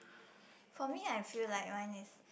for me I feel like Ryan is